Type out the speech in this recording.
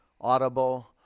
audible